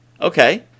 Okay